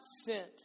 sent